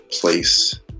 place